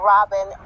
Robin